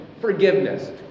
forgiveness